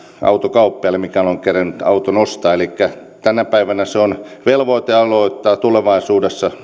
autokauppiaalle mikäli on kerennyt auton ostaa elikkä tänä päivänä se on velvoite aloittaa tulevaisuudessa